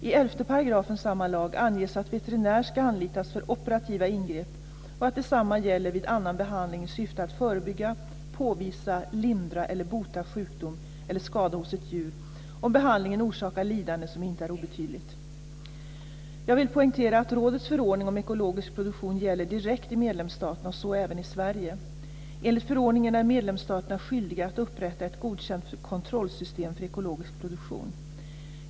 I 11 § samma lag anges att veterinär ska anlitas för operativa ingrepp och att detsamma gäller vid annan behandling i syfte att förebygga, påvisa, lindra eller bota sjukdom eller skada hos ett djur, om behandlingen orsakar lidande som inte är obetydligt. Jag vill poängtera att rådets förordning om ekologisk produktion gäller direkt i medlemsstaterna och så även i Sverige. Enligt förordningen är medlemsstaterna skyldiga att upprätta ett godkänt kontrollsystem för ekologisk produktion.